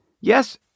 Yes